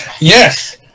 Yes